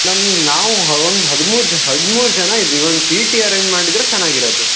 ನಮ್ಮ ನಾವು ಒಂದು ಹದಿಮೂರು ಹದಿಮೂರು ಜನ ಇದ್ದೀವಿ ಒಂದು ಟೀ ಟಿ ಅರೆಂಜ್ ಮಾಡಿದ್ದರೆ ಚೆನ್ನಾಗಿರೋದು